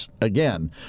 Again